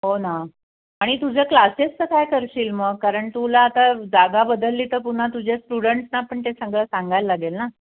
हो ना आणि तुझं क्लासेस तर काय करशील मग कारण तुला आता जागा बदलली तर पुन्हा तुझ्या स्टुडंट्सना पण ते सगळं सांगायला लागेल ना